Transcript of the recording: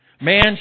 Man